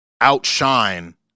outshine